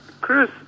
Chris